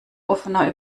offener